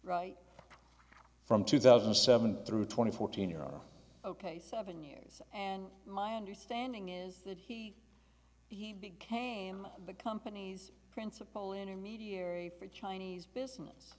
right from two thousand and seven through twenty fourteen year old ok seven years and my understanding is that he he became the company's principal intermediary for chinese business